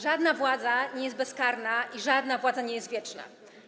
Żadna władza nie jest bezkarna i żadna władza nie jest wieczna.